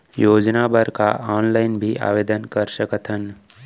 योजना बर का ऑनलाइन भी आवेदन कर सकथन?